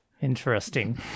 Interesting